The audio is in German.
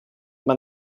man